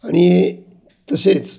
आणि तसेच